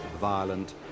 violent